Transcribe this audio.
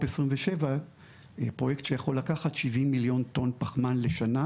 27 פרויקט שיכול לקחת 70 מיליון טון פחמן לשנה,